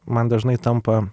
man dažnai tampa